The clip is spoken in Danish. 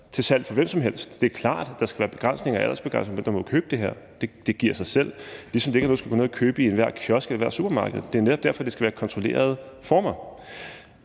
til salg for hvem som helst. Det er klart, at der skal være begrænsninger og aldersbegrænsninger på, hvem der må købe det her – det giver sig selv – ligesom det ikke er noget, man skal kunne gå ned og købe i enhver kiosk eller ethvert supermarked. Det er netop derfor, det skal være under kontrollerede former.